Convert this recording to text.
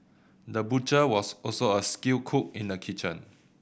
the butcher was also a skilled cook in the kitchen